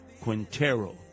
Quintero